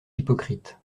hypocrite